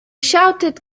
shouted